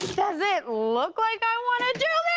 does it look like i want to do